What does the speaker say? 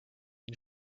une